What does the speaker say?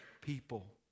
people